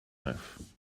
mawrth